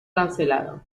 cancelado